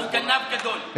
הוא גנב גדול.